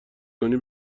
کنی